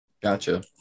Gotcha